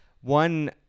one